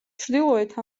ჩრდილოეთ